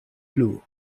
plu